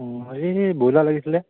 অঁ এই ব্ৰইলাৰ লাগিছিলে